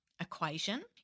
equation